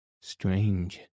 Strange